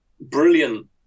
brilliant